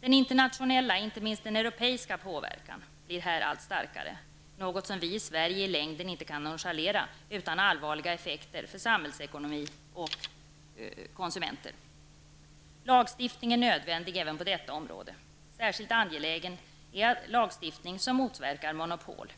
Den internationella och inte minst den europeiska påverkan blir här allt starkare, något som vi i Sverige i längden inte kan nonchalera utan allvarliga effekter för samhällsekonomin och konsumenterna. Lagstiftning är nödvändig även på detta område. Särskilt angelägen är lagstiftning som motverkar monopol.